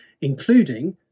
including